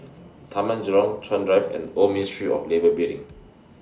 Taman Jurong Chuan Drive and Old Ministry of Labour Building